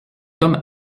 homme